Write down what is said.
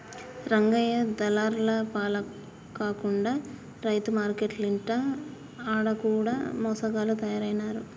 రంగయ్య దళార్ల పాల కాకుండా రైతు మార్కేట్లంటిరి ఆడ కూడ మోసగాళ్ల తయారైనారు